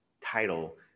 title